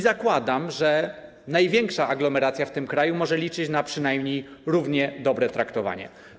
Zakładam, że największa aglomeracja w tym kraju może liczyć na przynajmniej równie dobre traktowanie.